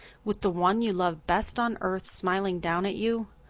with the one you loved best on earth smiling down at you.